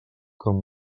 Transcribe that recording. com